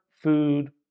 food